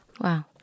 Wow